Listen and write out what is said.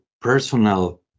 personal